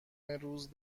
روز